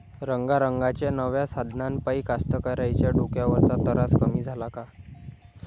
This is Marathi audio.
रंगारंगाच्या नव्या साधनाइपाई कास्तकाराइच्या डोक्यावरचा तरास कमी झाला का?